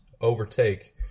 overtake